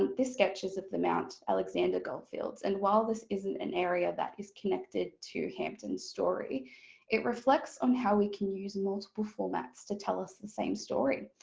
this sketch is of the mt alexander goldfields and while this isn't an area that is connected to hampton's story it reflects on how we can use multiple formats to tell us the same story.